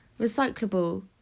Recyclable